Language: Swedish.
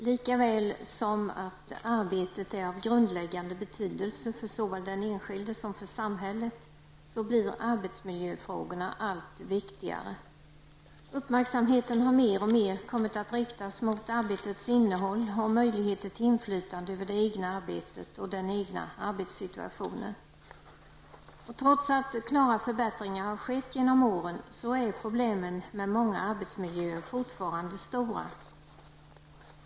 Fru talman! Då arbetet är av grundläggande betydelse såväl för den enskilde som för samhället blir arbetsmiljöfrågorna allt viktigare. Uppmärksamheten har mer och mer kommit att riktas mot arbetets innehåll och möjligheter till inflytande över det egna arbetet och den egna arbetssituationen. Trots att klara förbättringar har skett genom åren är problemen fortfarande stora med många arbetsmiljöer.